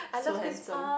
so handsome